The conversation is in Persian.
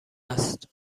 است